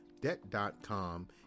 Debt.com